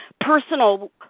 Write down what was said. personal